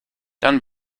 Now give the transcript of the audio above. dann